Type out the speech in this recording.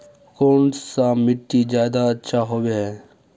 कौन सा मिट्टी ज्यादा अच्छा होबे है?